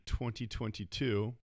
2022